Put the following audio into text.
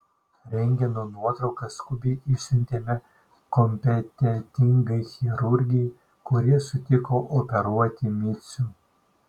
rentgeno nuotraukas skubiai išsiuntėme kompetentingai chirurgei kuri sutiko operuoti micių